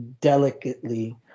delicately